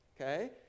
okay